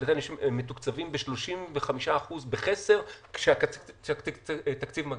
מתוקצבים ב-35% בחסר כשהתקציב מגיע.